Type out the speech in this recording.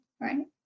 right